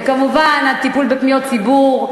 וכמובן הטיפול בפניות ציבור,